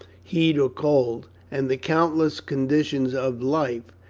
heat or cold, and the countless conditions of life,